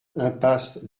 impasse